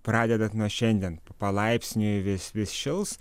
pradedant nuo šiandien palaipsniui vis vis šils